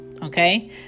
Okay